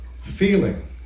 feeling